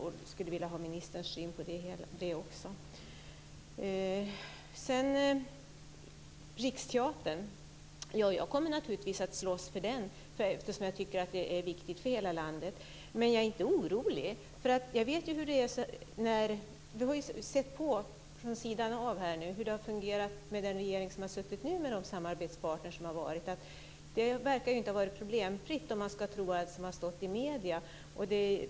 Jag skulle vilja ha ministerns syn på det också. Sedan gäller det Riksteatern. Ja, jag kommer naturligtvis att slåss för den eftersom jag tycker att det är viktigt för hela landet, men jag är inte orolig. Vi har ju sett på, från sidan av här, hur det har fungerar med den regering som har suttit nu med de samarbetspartner som har varit: Det verkar ju inte ha varit problemfritt om man ska tro allt som har stått i media.